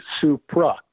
supra